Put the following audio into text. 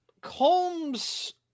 Combs